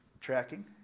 Tracking